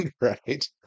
Right